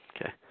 Okay